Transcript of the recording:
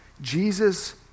Jesus